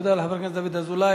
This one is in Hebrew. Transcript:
תודה, חבר הכנסת דוד אזולאי.